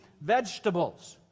vegetables